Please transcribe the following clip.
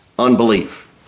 unbelief